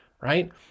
right